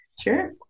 Sure